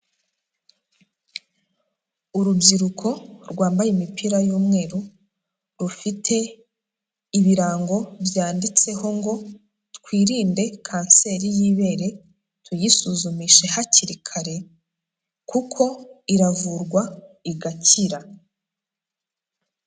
Urubyiruko rwambaye imipira y'umweru rufite ibirango byanditseho ngo twirinde kanseri y'ibere, tuyisuzumishe hakiri kare kuko iravurwa igakira.